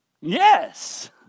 Yes